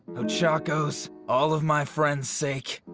ochako's, all of my friends' sake,